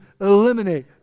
eliminate